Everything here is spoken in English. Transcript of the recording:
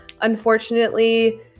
unfortunately